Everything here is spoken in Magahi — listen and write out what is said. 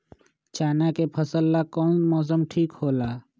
चाना के फसल ला कौन मौसम ठीक होला?